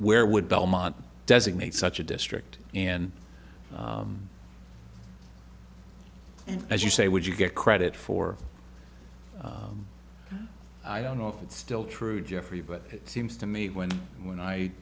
where would belmont designate such a district in and as you say would you get credit for i don't know if it's still true jeffrey but it seems to me when when i